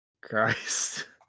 Christ